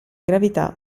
gravità